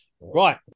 Right